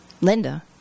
Linda